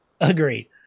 Agreed